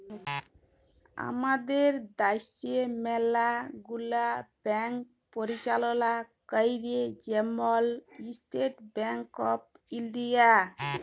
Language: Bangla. আমাদের দ্যাশে ম্যালা গুলা ব্যাংক পরিচাললা ক্যরে, যেমল ইস্টেট ব্যাংক অফ ইলডিয়া